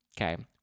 Okay